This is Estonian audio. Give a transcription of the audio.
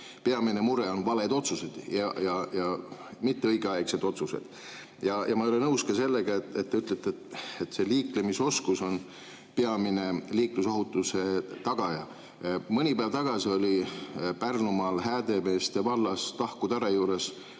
peamine mure on valed otsused ja mitteõigeaegsed otsused. Ma ei ole nõus ka sellega, mis te ütlesite, et liiklemisoskus on peamine liiklusohutuse tagaja. Mõni päev tagasi oli Pärnumaal Häädemeeste vallas Tahku Tare juures